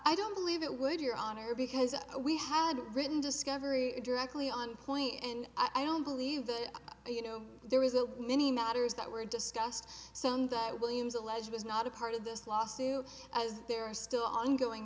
i don't believe it would your honor because we had written discovery directly on point and i don't believe that you know there is a mini matters that were discussed so in that williams allege was not a part of this lawsuit as there are still ongoing